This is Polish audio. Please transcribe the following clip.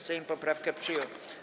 Sejm poprawkę przyjął.